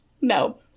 no